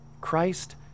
Christ